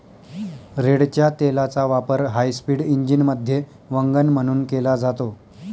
रेडच्या तेलाचा वापर हायस्पीड इंजिनमध्ये वंगण म्हणून केला जातो